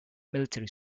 military